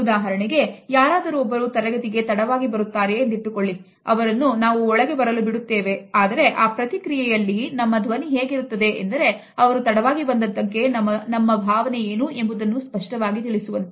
ಉದಾಹರಣೆಗೆ ಯಾರಾದರೂ ಒಬ್ಬರು ತರಗತಿಗೆ ತಡವಾಗಿ ಬರುತ್ತಾರೆ ಎಂದಿಟ್ಟುಕೊಳ್ಳಿ ಅವರನ್ನು ನಾವು ಒಳಗೆ ಬರಲು ಬಿಡುತ್ತೇವೆ ಆದರೆ ಆ ಪ್ರಕ್ರಿಯೆಯಲ್ಲಿ ನಮ್ಮ ಧ್ವನಿ ಹೇಗಿರುತ್ತದೆ ಎಂದರೆ ಅವರು ತಡವಾಗಿ ಬಂದದ್ದಕ್ಕೆ ನಮ್ಮ ಭಾವನೆ ಏನು ಎಂಬುದನ್ನು ಸ್ಪಷ್ಟವಾಗಿ ತಿಳಿಸುತ್ತದೆ